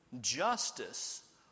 justice